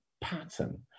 pattern